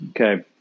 Okay